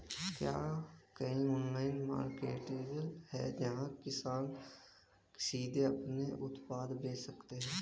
क्या कोई online marketplace है जहां किसान सीधे अपने उत्पाद बेच सकते हैं?